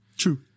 True